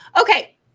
Okay